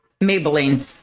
Maybelline